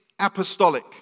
apostolic